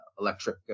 electric